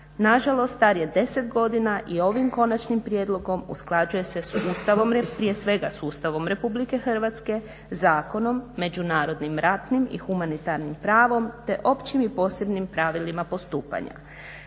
nažalost star je 10 godina. I ovim konačnim prijedlogom usklađuje se sa Ustavom, prije svega sa Ustavom Republike Hrvatske, zakonom, međunarodnim ratnim i humanitarnim pravom te općim i posebnim pravilima postupanja.